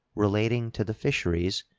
relating to the fisheries,